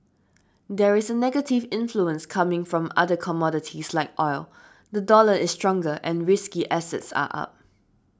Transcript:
there is a negative influence coming from other commodities like oil the dollar is stronger and risky assets are up